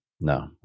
No